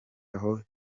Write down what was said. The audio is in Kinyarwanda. aho